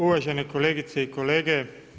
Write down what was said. Uvažene kolegice i kolege.